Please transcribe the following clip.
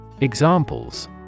Examples